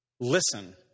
Listen